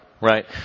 Right